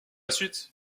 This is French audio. suite